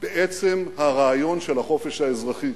בעצם הרעיון של החופש האזרחי.